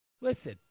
listen